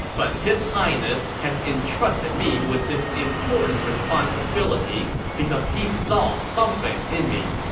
but his highness has entrusted me with this important responsibility because he saw something in me.